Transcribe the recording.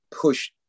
push